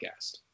podcast